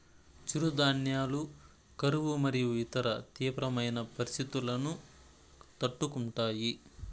చిరుధాన్యాలు కరువు మరియు ఇతర తీవ్రమైన పరిస్తితులను తట్టుకుంటాయి